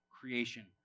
creation